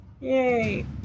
Yay